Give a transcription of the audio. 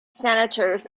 senators